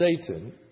Satan